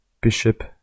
bishop